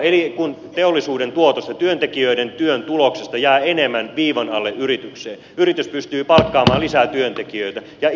eli kun teollisuuden tuotoksesta ja työntekijöiden työn tuloksesta jää enemmän viivan alle yritykseen yritys pystyy palkkaamaan lisää työntekijöitä ja investoimaan